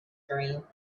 dream